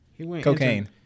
Cocaine